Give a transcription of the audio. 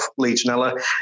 Legionella